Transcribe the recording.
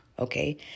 Okay